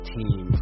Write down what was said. team